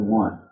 one